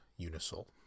UNISOL